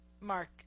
Mark